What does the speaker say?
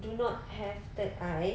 do not have third eye